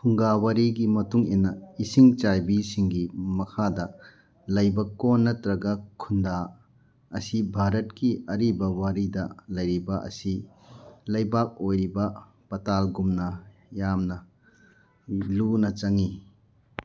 ꯐꯨꯡꯒꯥ ꯋꯥꯔꯤꯒꯤ ꯃꯇꯨꯡꯏꯟꯅ ꯏꯁꯤꯡ ꯆꯥꯏꯕꯤꯁꯤꯡꯒꯤ ꯃꯈꯥꯗ ꯂꯩꯕ ꯀꯣꯟ ꯅꯠꯇ꯭ꯔꯒ ꯈꯨꯟꯗꯥ ꯑꯁꯤ ꯚꯥꯔꯠꯀꯤ ꯑꯔꯤꯕ ꯋꯥꯔꯤꯗ ꯂꯩꯔꯤꯕ ꯑꯁꯤ ꯂꯩꯕꯥꯛ ꯑꯣꯏꯔꯤꯕ ꯄꯇꯥꯜꯒꯨꯝꯅ ꯌꯥꯝꯅ ꯂꯨꯅ ꯆꯪꯉꯤ